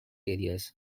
areas